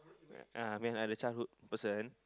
uh mean like childhood person